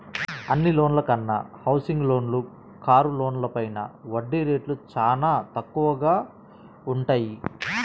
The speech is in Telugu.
అన్ని లోన్ల కన్నా హౌసింగ్ లోన్లు, కారు లోన్లపైన వడ్డీ రేట్లు చానా తక్కువగా వుంటయ్యి